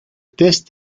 test